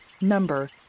Number